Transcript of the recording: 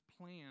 plan